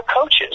coaches